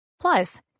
Plus